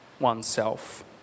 One'self